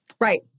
Right